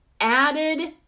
added